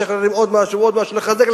משחררים עוד משהו ועוד משהו,